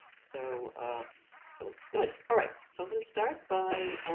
so so good. all right, so i'm going to start by